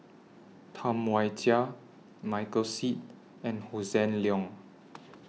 Tam Wai Jia Michael Seet and Hossan Leong